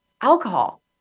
alcohol